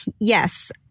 Yes